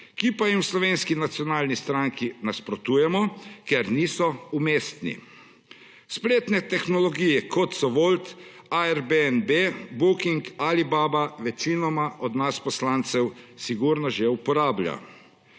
ki pa jim v Slovenski nacionalni stranki nasprotujemo, ker niso umestni. Spletne tehnologije kot so Volt, Airbnb, Booking, Alibaba večinoma od nas poslancev sigurno že uporablja.